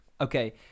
okay